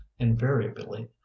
invariably